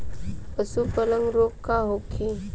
पशु प्लग रोग का होखे?